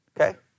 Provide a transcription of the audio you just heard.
Okay